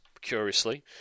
curiously